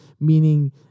Meaning